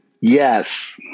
Yes